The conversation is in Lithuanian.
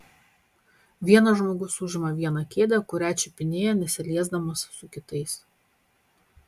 vienas žmogus užima vieną kėdę kurią čiupinėja nesiliesdamas su kitais